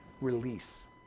Release